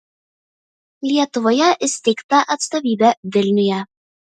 lietuvoje įsteigta atstovybė vilniuje